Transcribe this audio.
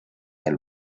del